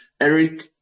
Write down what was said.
Eric